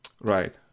Right